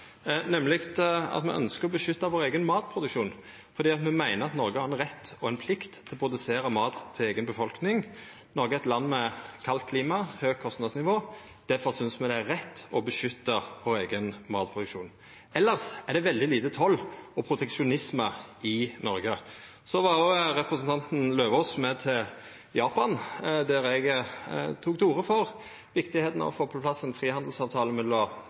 nemleg at me ønskjer å beskytta vår eigen matproduksjon fordi me meiner at Noreg har ein rett og ei plikt til å produsera mat til eiga befolkning. Noreg er eit land med kaldt klima og høgt kostnadsnivå. Difor synest me det er rett å beskytta vår eigen matproduksjon. Elles er det veldig lite toll og proteksjonisme i Noreg. Representanten Eidem Løvaas var med til Japan, der eg tok til orde for at det er viktig å få på plass